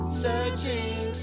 searching